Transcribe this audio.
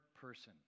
person